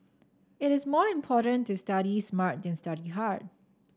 it is more important to study smart than study hard